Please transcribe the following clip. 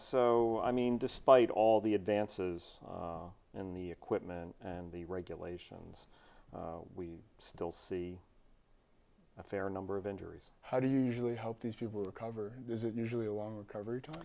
so i mean despite all the advances in the equipment and the regulations we still see a fair number of injuries how do you usually help these people recover is it usually a long recovery time